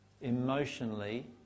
emotionally